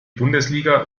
bundesliga